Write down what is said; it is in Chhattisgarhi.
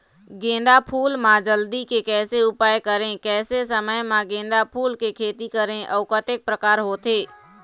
गेंदा फूल मा जल्दी के कैसे उपाय करें कैसे समय मा गेंदा फूल के खेती करें अउ कतेक प्रकार होथे?